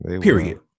Period